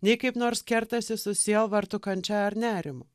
nei kaip nors kertasi su sielvartu kančia ar nerimu